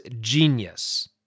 genius